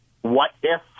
what-if